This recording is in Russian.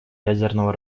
ядерного